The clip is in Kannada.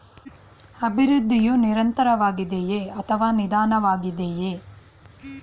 ಅಭಿವೃದ್ಧಿಯು ನಿರಂತರವಾಗಿದೆಯೇ ಅಥವಾ ನಿಧಾನವಾಗಿದೆಯೇ?